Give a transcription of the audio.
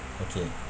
okay